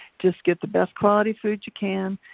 just get the best quality food you can.